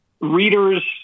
readers